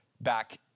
back